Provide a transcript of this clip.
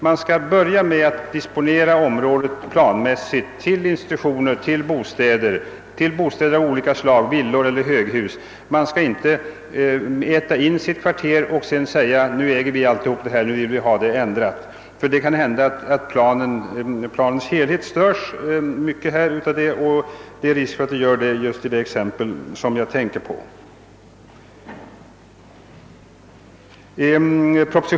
Man skall börja med att planmässigt disponera området för institutioner eller bostäder av olika slag, villor eller höghus. Man skall inte äta sig in i ett kvarter och sedan säga: »Nu äger vi alltihop, nu vill vi ha dispositionen ändrad». Det kan hända att planens helhet då störs, och det föreligger risk för detta just i det exempel som jag tänker på.